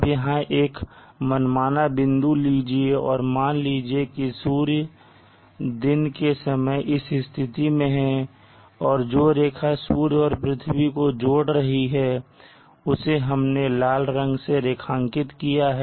अब यहां एक मनमाना बिंदु लीजिए और मान लीजिए की सूर्य दिन के समय इस स्थिति में है और जो रेखा सूर्य और पृथ्वी को जोड़ रही है उसे हमने लाल रंग से रेखांकित किया है